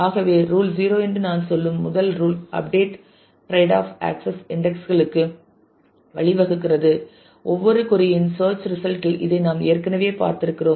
ஆகவே ரூல் 0 என்று நான் சொல்லும் முதல் rule update trade off access index களுக்கு வழிவகுக்கிறது ஒவ்வொரு கொறி இன் சேர்ச் ரிசல்ட் இல் இதை நாம் ஏற்கனவே பார்த்திருக்கிறோம்